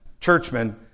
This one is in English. churchmen